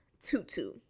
Tutu